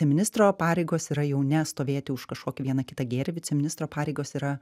ministro pareigos yra jau ne stovėti už kažkokį vieną kitą gėrį viceministro pareigos yra